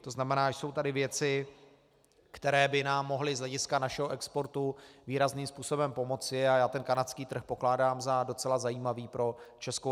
To znamená, jsou tady věci, které by nám mohly z hlediska našeho exportu výrazným způsobem pomoci, a já kanadský trh pokládám za docela zajímavý pro ČR.